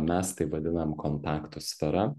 mes tai vadinam kontaktų sfera